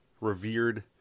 revered